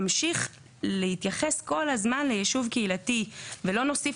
נמשיך להתייחס כל הזמן ליישוב קהילתי ולא נוסיף